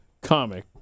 comic